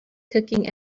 cooking